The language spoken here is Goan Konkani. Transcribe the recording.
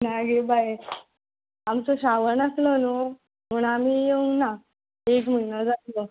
ना गे बाये आमचो श्रावण आसलो न्हू म्हण आमी येवंक ना एक म्हयनो जालो